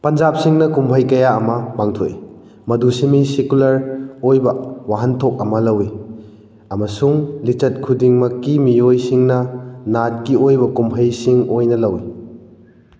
ꯄꯟꯖꯥꯕꯁꯤꯡꯅ ꯀꯨꯝꯍꯩ ꯀꯌꯥ ꯑꯃ ꯄꯥꯡꯊꯣꯛꯏ ꯃꯗꯨ ꯁꯦꯃꯤ ꯁꯦꯀꯨꯂꯔ ꯑꯣꯏꯕ ꯋꯥꯍꯟꯊꯣꯛ ꯑꯃ ꯂꯧꯋꯤ ꯑꯃꯁꯨꯡ ꯂꯤꯆꯠ ꯈꯨꯗꯤꯡꯃꯛꯀꯤ ꯃꯤꯑꯣꯏꯁꯤꯡꯅ ꯅꯥꯠꯀꯤ ꯑꯣꯏꯕ ꯀꯨꯝꯍꯩꯁꯤꯡ ꯑꯣꯏꯅ ꯂꯧꯋꯤ